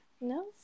No